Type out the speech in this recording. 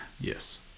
Yes